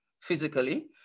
physically